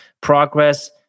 progress